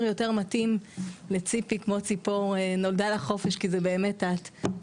יותר מתאים לציפי כמו ציפור נולדה לחופש כי זה באמת את,